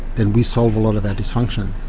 then we solve a lot of our dysfunction,